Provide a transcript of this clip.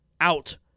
out